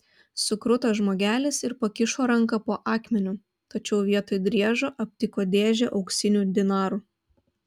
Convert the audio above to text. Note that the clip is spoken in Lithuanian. sukruto žmogelis ir pakišo ranką po akmeniu tačiau vietoj driežo aptiko dėžę auksinių dinarų